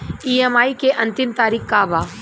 EMI के अंतिम तारीख का बा?